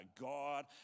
God